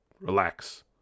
Relax